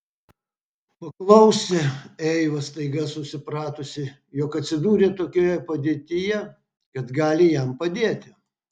paklausė eiva staiga susipratusi jog atsidūrė tokioje padėtyje kad gali jam padėti